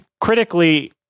critically